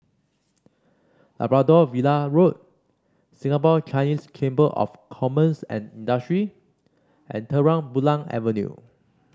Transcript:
Labrador Villa Road Singapore Chinese Chamber of Commerce and Industry and Terang Bulan Avenue